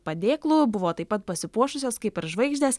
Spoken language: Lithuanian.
padėklų buvo taip pat pasipuošusios kaip ir žvaigždės